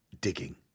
digging